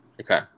Okay